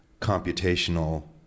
computational